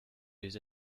les